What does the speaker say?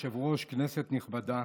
כבוד היושב-ראש, כנסת נכבדה,